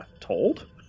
told